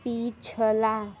पिछला